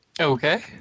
Okay